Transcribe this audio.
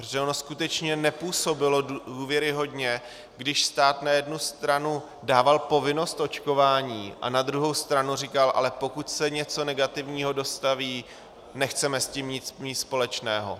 Protože ono skutečně nepůsobilo důvěryhodně, když stát na jednu stranu dával povinnost k očkování a na druhou stranu říkal, ale pokud se něco negativního dostaví, nechceme s tím nic mít společného.